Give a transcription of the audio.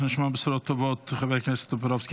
שנשמע בשורות טובות, חבר הכנסת טופורובסקי.